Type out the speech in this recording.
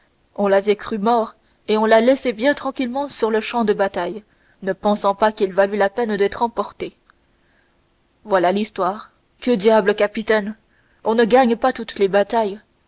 on l'avait cru mort et on l'a laissé bien tranquillement sur le champ de bataille ne pensant pas qu'il valût la peine d'être emporté voilà l'histoire que diable capitaine on ne gagne pas toutes les batailles